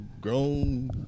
grown